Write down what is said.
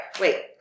wait